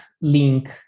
link